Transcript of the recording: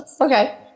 Okay